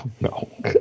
No